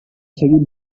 seguit